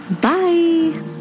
Bye